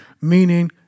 Meaning